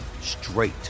straight